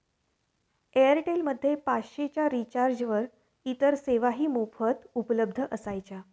Airtel मध्ये पाचशे च्या रिचार्जवर इतर सेवाही मोफत उपलब्ध असायच्या